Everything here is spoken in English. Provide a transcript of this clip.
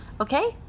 Okay